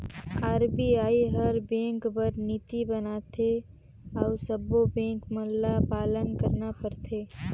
RBI हर bank बर नीति बनाथे अउ सब्बों बेंक मन ल पालन करना परथे